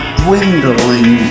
dwindling